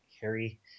Harry